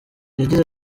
yagize